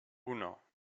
uno